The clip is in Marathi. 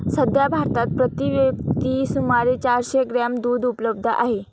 सध्या भारतात प्रति व्यक्ती सुमारे चारशे ग्रॅम दूध उपलब्ध आहे